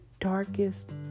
darkest